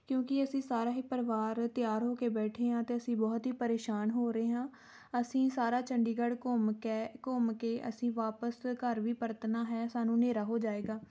ਕਿਉਂਕਿ ਅਸੀਂ ਸਾਰਾ ਹੀ ਪਰਿਵਾਰ ਤਿਆਰ ਹੋ ਕੇ ਬੈਠੇ ਹਾਂ ਅਤੇ ਅਸੀਂ ਬਹੁਤ ਹੀ ਪਰੇਸ਼ਾਨ ਹੋ ਰਹੇ ਹਾਂ ਅਸੀਂ ਸਾਰਾ ਚੰਡੀਗੜ੍ਹ ਘੁੰਮ ਕੇ ਘੁੰਮ ਕੇ ਅਸੀਂ ਵਾਪਸ ਘਰ ਵੀ ਪਰਤਣਾ ਹੈ ਸਾਨੂੰ ਹਨੇਰਾ ਹੋ ਜਾਏਗਾ